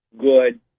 good